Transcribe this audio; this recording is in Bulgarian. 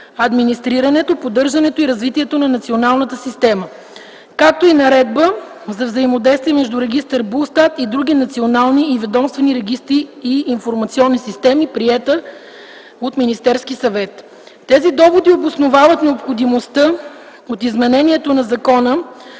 администрирането, поддържането и развитието на националната система и Наредба за взаимодействието между регистър Булстат и други национални и ведомствени регистри и информационни системи, приета от Министерския съвет. Тези доводи обосновават необходимостта от изменението на Закона